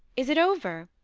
is it over?